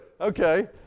Okay